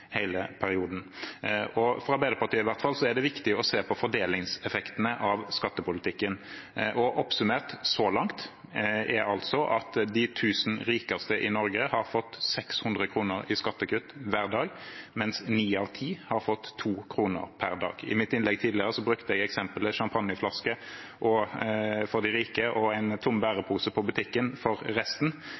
hele perioden. For Arbeiderpartiet er det viktig å se på fordelingseffekten av skattepolitikken. Oppsummert, så langt, har de tusen rikeste i Norge fått 600 kr i skattekutt hver dag, mens ni av ti har fått 2 kr per dag. I mitt innlegg tidligere i dag brukte jeg eksempelet med en sjampanjeflaske for de rike og en tom bærepose på butikken for resten